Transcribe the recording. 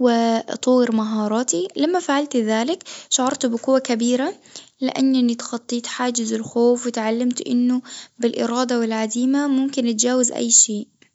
و أطور مهاراتي لما فعلت ذلك، شعرت بقوة كبيرة لأنني تخطيت حاجز الخوف وتعلمت إنه بالإرادة والعزيمة ممكن أتجاوز أي شيء.